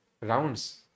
rounds